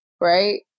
right